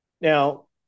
Now